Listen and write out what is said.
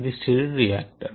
ఇది stirred reactor